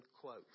quotes